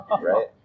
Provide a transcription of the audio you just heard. right